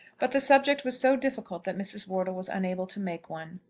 but the subject was so difficult that mrs. wortle was unable to make one.